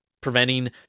preventing